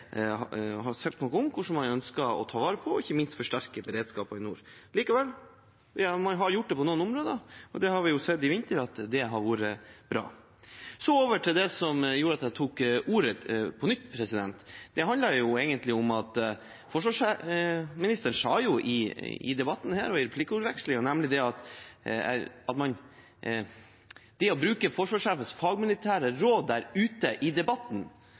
hvordan man ønsker å ta vare på og ikke minst forsterke beredskapen i nord. Likevel har man gjort det på noen områder, og i vinter har vi sett at det har vært bra. Så over til det som gjorde at jeg tok ordet på nytt. Det handler egentlig om at forsvarsministeren i debatten, i replikkordvekslingen, sa at det å bruke forsvarssjefens fagmilitære råd ute i debatten oppfattet han som tilnærmet å være en hersketeknikk, som svekker autoriteten til forsvarssjefen. Det var i hvert fall det som var innholdet i